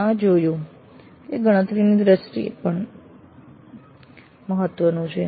અમે જોયું છે કે POs અને PSOs ની ગણતરીની દ્રષ્ટિએ આ પણ મહત્વનું છે